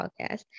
podcast